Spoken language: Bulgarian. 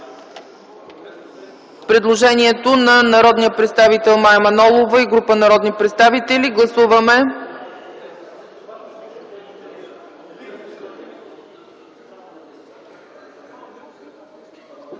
предложението на народния представител Мая Манолова и група народни представители. Гласуваме.